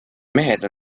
mehed